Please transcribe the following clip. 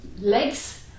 legs